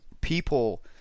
people